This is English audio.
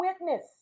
witness